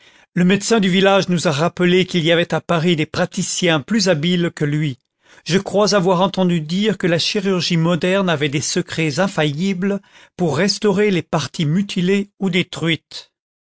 le médecin du village nous a rappelé qu'il y avait à paris des praticiens plus habiles que lui je crois avoir entendu dire que la chirurgie moderne avait des secrets infaillilibles pour restaurer les parties mutilées ou détruites